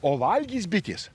o valgys bitės